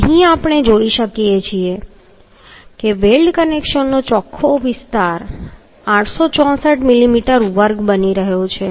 તો અહીં આપણે જોઈ શકીએ છીએ કે વેલ્ડ કનેક્શનનો ચોખ્ખો વિસ્તાર 864 મિલીમીટર વર્ગ બની રહ્યો છે